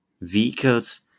vehicles